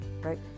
right